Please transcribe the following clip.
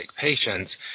patients